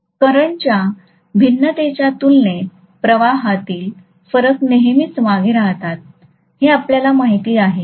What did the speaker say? करंटच्या भिन्नतेच्या तुलनेत प्रवाहातील फरक नेहमीच मागे राहतात हे आपल्याला माहित आहे